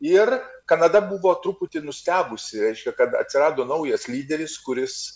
ir kanada buvo truputį nustebusi reiškia kad atsirado naujas lyderis kuris